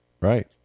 Right